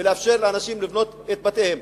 ולאפשר לאנשים לבנות את בתיהם.